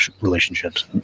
relationships